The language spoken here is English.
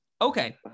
okay